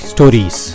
Stories